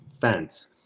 fence